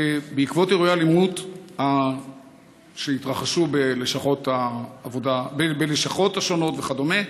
בעקבות אירועי אלימות שהתרחשו בלשכות השונות וכדומה,